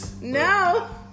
No